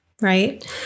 right